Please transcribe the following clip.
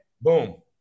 Boom